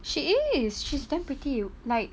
she is she's damn pretty like